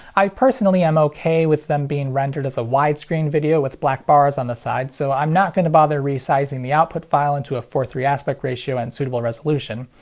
i personally am ok with them being rendered as a widescreen video with black bars on the side, so i'm not going to bother resizing the output file into a four three aspect ratio and suitable resolution.